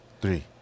three